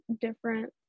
different